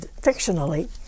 fictionally